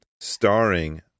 starring